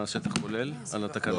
אנחנו לא נעשה שטח כולל, על התקנות.